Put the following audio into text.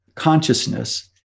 consciousness